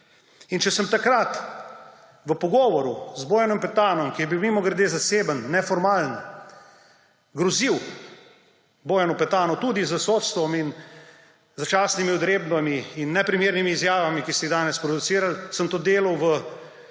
In če sem takrat v pogovoru z Bojanom Petanom, ki je bil mimogrede zaseben, neformalen, grozil Bojanu Petanu tudi s sodstvom in začasnimi odredbami in neprimernimi izjavami, ki ste jih danes sproducirali, sem to delal v